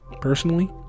personally